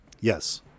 yes